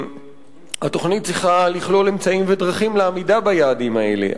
התוכנית צריכה לכלול אמצעים ודרכים לעמידה ביעדים האלה,